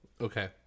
Okay